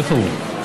איפה הוא,